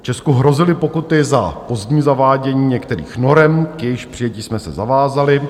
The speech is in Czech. Česku hrozily pokuty za pozdní zavádění některých norem, k jejichž přijetí jsme se zavázali.